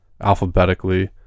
alphabetically